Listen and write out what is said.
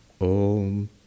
Om